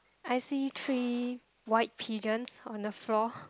I see three white pigeons on the floor